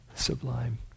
sublime